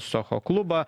socho klubą